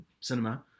cinema